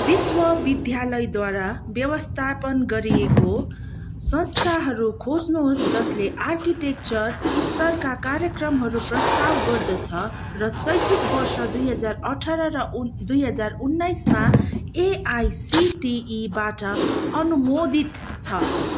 विश्वविद्यालयद्वारा व्यवस्थापन गरिएको संस्थाहरू खोज्नुहोस् जसले आर्किटेक्चर स्तरका कार्यक्रमहरू प्रस्ताव गर्दछ र शैक्षिक वर्ष दुई हजार अठार र उन् दुई हजार उन्नाइसमा एआइसिटिईबाट अनुमोदित छ